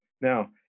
now